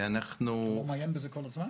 ואנחנו --- אתה מעיין בזה כל הזמן?